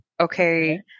okay